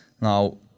now